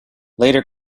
later